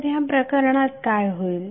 तर ह्या प्रकारणात काय होईल